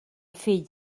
fill